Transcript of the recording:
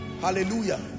hallelujah